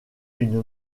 une